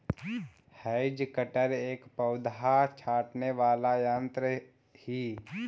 hedge cutter एक पौधा छाँटने वाला यन्त्र ही